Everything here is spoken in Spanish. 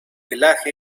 pelaje